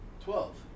twelve